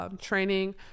training